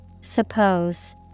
Suppose